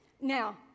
now